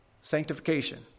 sanctification